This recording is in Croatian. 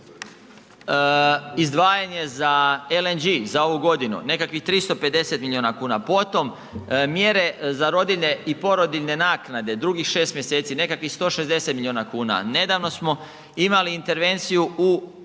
izdvajanje za LNG za ovu godinu nekakvih 350 milijuna kuna, potom mjere za rodiljne i porodiljne naknade drugih 6 mjeseci nekakvih 160 milijuna kuna. Nedavno smo imali intervenciju u